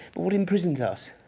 what imprisons us?